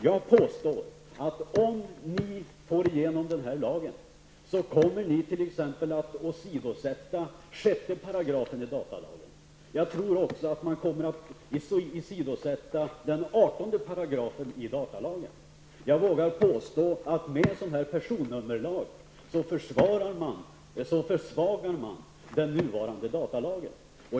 Jag påstår att om ni får igenom denna lag kommer ni t.ex. att åsidosätta 6 § i datalagen. Jag tror också att ni kommer att åsidosätta 18 § i datalagen. Jag vågar påstå att man med en sådan personnummerlag försvagar den nuvarande datalagen.